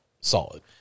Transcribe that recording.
solid